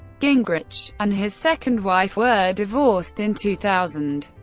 gingrich and his second wife were divorced in two thousand.